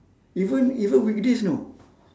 even even weekdays you know